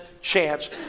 chance